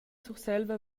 surselva